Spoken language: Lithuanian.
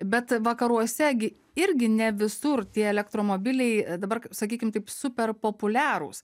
bet vakaruose gi irgi ne visur tie elektromobiliai dabar sakykim taip super populiarūs